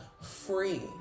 free